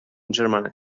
germany